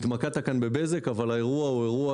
התמקדת כאן בבזק אבל האירוע הוא אירוע